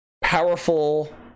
powerful